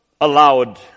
allowed